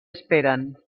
esperen